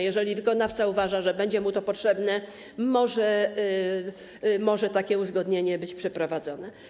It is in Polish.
Jeżeli wykonawca uważa, że będzie mu to potrzebne, może takie uzgodnienie być przeprowadzone.